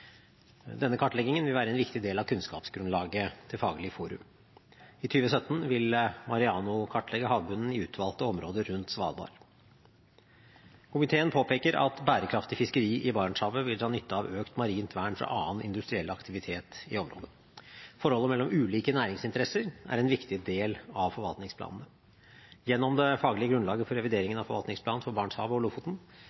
Denne kartleggingen vil være en viktig del av kunnskapsgrunnlaget til Faglig forum. I 2017 vil MAREANO kartlegge havbunnen i utvalgte områder rundt Svalbard. Komiteen påpeker at bærekraftig fiskeri i Barentshavet vil dra nytte av økt marint vern fra annen industriell aktivitet i området. Forholdet mellom ulike næringsinteresser er en viktig del av forvaltningsplanene. Gjennom det faglige grunnlaget for